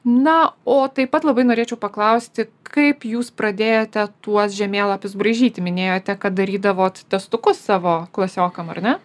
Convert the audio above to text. na o taip pat labai norėčiau paklausti kaip jūs pradėjote tuos žemėlapius braižyti minėjote kad darydavot testukus savo klasiokam ar ne